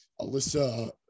Alyssa